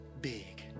big